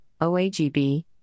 OAGB